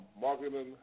marketing